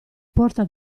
porta